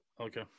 Okay